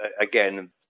again